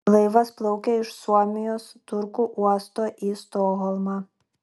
laivas plaukė iš suomijos turku uosto į stokholmą